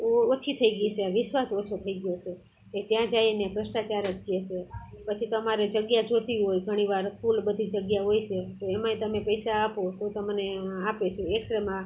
ઓછી થઈ ગઈ સે વિશ્વાસ ઓછો થઈ ગ્યો છે એ જ્યાં જાયને ભ્રષ્ટાચાર જ કે છે પછી તમારે જગ્યા જોતી હોય ઘણી વાર ફૂલ બધી જગ્યા હોય છે તો એમાંય તમે પૈસા આપો તો તમને આપે છે એક્સ રેમાં